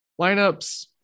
lineups